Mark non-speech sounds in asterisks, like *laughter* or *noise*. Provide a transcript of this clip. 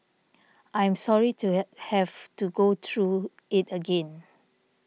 I am sorry to *unintelligible* have to go through it again